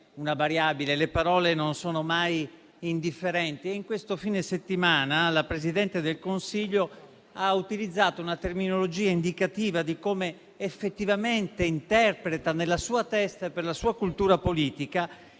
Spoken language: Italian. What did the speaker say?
una variabile, le parole non sono mai indifferenti e in questo fine settimana la Presidente del Consiglio ha utilizzato una terminologia indicativa di come effettivamente interpreta nella sua testa e per la sua cultura politica